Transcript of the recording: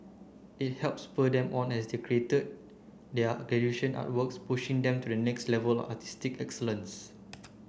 it helped spur them on as they created artworks pushing them to the next level of artistic excellence